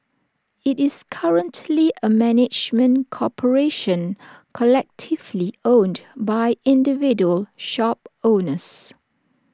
IT is currently A management corporation collectively owned by individual shop owners